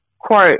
Quote